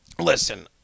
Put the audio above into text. Listen